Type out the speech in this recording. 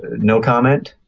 no comment.